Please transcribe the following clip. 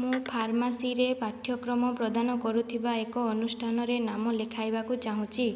ମୁଁ ଫାର୍ମାସିରେ ପାଠ୍ୟକ୍ରମ ପ୍ରଦାନ କରୁଥିବା ଏକ ଅନୁଷ୍ଠାନରେ ନାମ ଲେଖାଇବାକୁ ଚାହୁଁଛି